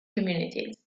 communities